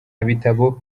bitabo